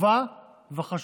טובה וחשובה,